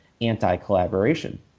anti-collaboration